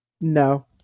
No